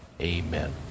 Amen